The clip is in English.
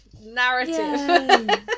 Narrative